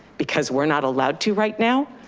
because we're not allowed to right now,